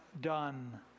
done